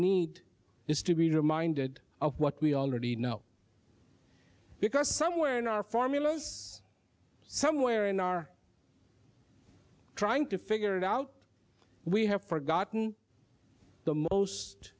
need is to be reminded of what we already know because somewhere in our formulas somewhere in our trying to figure it out we have forgotten the most